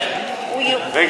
תן